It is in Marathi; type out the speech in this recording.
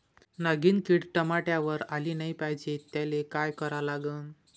नागिन किड टमाट्यावर आली नाही पाहिजे त्याले काय करा लागन?